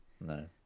No